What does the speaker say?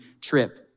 trip